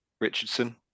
Richardson